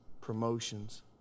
promotions